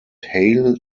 hale